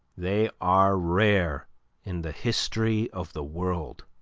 they are rare in the history of the world.